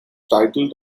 titled